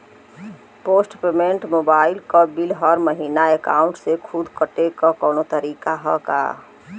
Post paid mobile क bill हर महिना एकाउंट से खुद से कटे क कौनो तरीका ह का?